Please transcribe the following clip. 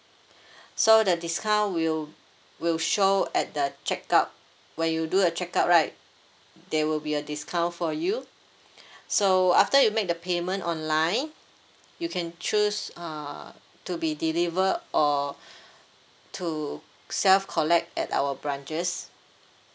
so the discount will will show at the check out when you do a check out right there will be a discount for you so after you make the payment online you can choose uh to be delivered or to self collect at our branches